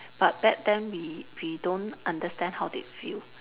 but back then we we don't understand how they feel